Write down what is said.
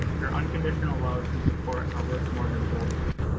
your unconditional love and support are worth more than gold to me.